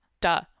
Duh